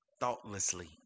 thoughtlessly